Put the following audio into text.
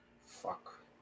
fuck